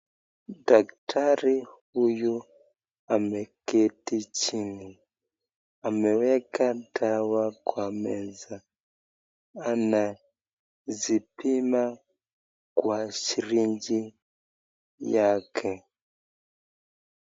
Daktari huyu ameketi chini. Ameweka dawa kwa meza. Anazipima kwa sirinji yake.